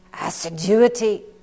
assiduity